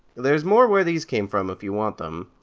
there's more where these came from if you want them.